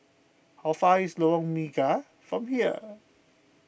how far away is Lorong Mega from here